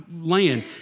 land